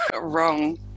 wrong